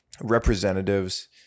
representatives